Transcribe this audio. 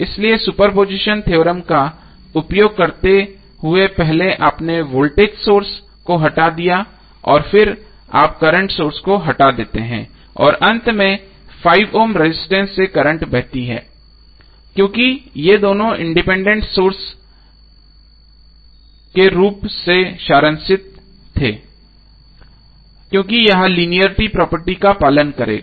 इसलिए superposition theorem का उपयोग करते हुए पहले आपने वोल्टेज सोर्स को हटा दिया और फिर आप करंट सोर्स को हटा देते हैं और अंत में 5 ओम रेजिस्टेंस से करंट बहती हैं क्योंकि ये दोनों इंडिपेंडेंट सोर्स के रूप से सारांशित थे क्योंकि यह लीनियरटी प्रॉपर्टी का पालन करेगा